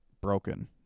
Broken